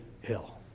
hill